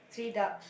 three ducks